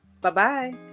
Bye-bye